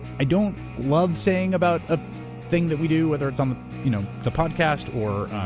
i don't love saying, about a thing that we do. whether it's on you know the podcast or